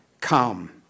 come